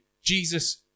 Jesus